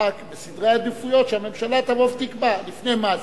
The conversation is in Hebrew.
רק בסדרי העדיפויות שהממשלה תבוא ותקבע לפני מה זה,